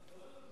ואז הוא מתלונן.